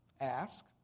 Ask